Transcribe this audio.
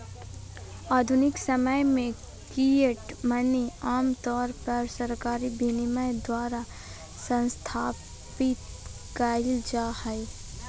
आधुनिक समय में फिएट मनी आमतौर पर सरकारी विनियमन द्वारा स्थापित कइल जा हइ